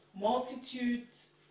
Multitudes